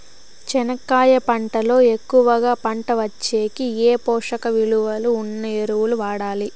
చెనక్కాయ పంట లో ఎక్కువగా పంట వచ్చేకి ఏ పోషక విలువలు ఉన్న ఎరువులు వాడాలి?